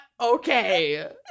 okay